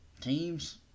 teams